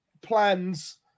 plans